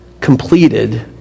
completed